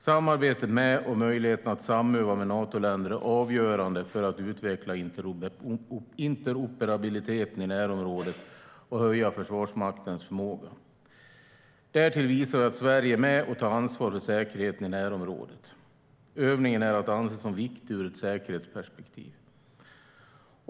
Samarbetet med och möjligheten att samöva med Natoländer är avgörande för att utveckla interoperabiliteten i närområdet och höja Försvarsmaktens förmåga. Därtill visar vi att Sverige är med och tar ansvar för säkerheten i närområdet. Övningen är att anse som viktig ur ett säkerhetspolitiskt perspektiv.